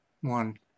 one